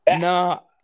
No